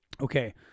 Okay